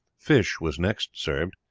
fish was next served.